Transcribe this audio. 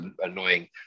annoying